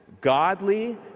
godly